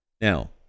Now